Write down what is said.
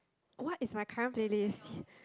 what is my current playlists